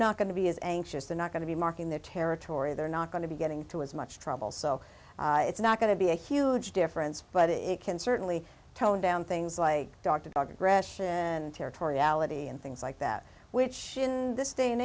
not going to be as anxious they're not going to be marking their territory they're not going to be getting to as much trouble so it's not going to be a huge difference but it can certainly tone down things like dr dog aggression territoriality and things like that which in this day and